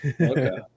Okay